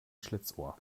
schlitzohr